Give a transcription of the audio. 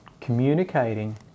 communicating